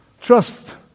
trust